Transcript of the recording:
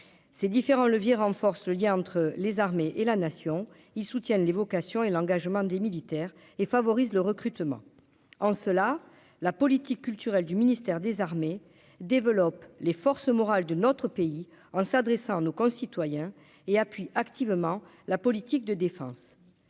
ces différents leviers renforce le lien entre les armées et la nation, ils soutiennent l'évocation et l'engagement des militaires et favorisent le recrutement en cela la politique culturelle du ministère des Armées développe les forces morales de notre pays, en s'adressant, nos concitoyens et appuie activement la politique de défense.